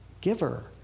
giver